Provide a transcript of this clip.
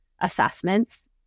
assessments